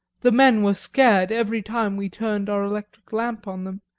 the men were scared every time we turned our electric lamp on them,